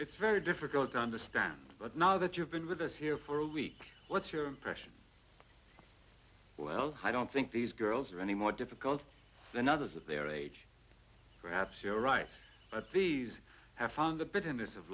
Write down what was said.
it's very difficult to understand but now that you've been with us here for a week what's your impression well i don't think these girls are any more difficult than others of their age perhaps you're right at the half hour in the bitterness of